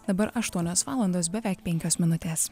dabar aštuonios valandos beveik penkios minutės